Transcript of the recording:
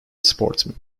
sportsman